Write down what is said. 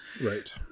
Right